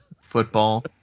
football